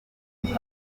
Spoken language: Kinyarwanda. mujyi